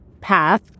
path